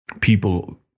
people